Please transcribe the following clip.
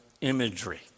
imagery